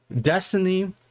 Destiny